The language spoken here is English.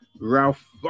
Ralph